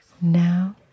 Now